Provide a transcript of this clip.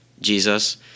Jesus